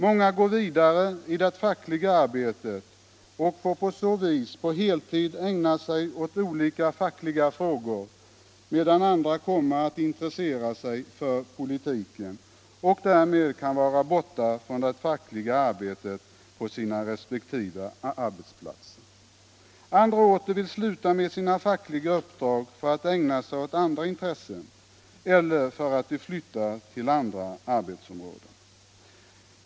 Många går vidare i det fackliga arbetet och får på så vis på heltid ägna sig åt olika fackliga frågor, medan andra kommer att intressera sig för politiken och därmed kan vara borta från det fackliga arbetet på sina resp. arbetsplatser. Andra åter vill sluta med sina fackliga uppdrag för att ägna sig åt andra intressen eller därför att de flyttar till andra arbetsområden.